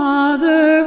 Father